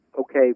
okay